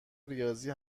ریاضی